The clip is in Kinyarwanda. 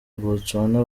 botswana